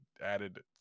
added